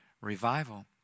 Revival